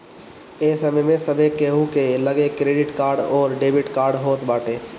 ए समय में सभे केहू के लगे क्रेडिट कार्ड अउरी डेबिट कार्ड होत बाटे